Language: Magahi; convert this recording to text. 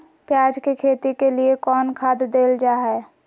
प्याज के खेती के लिए कौन खाद देल जा हाय?